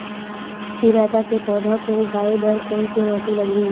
चिरैता के पौधा को उगाए बर कोन से माटी लगही?